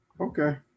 Okay